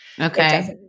Okay